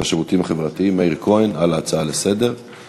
והשירותים החברתיים מאיר כהן על ההצעות לסדר-היום.